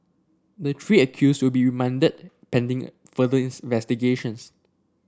the three accused will be remanded pending further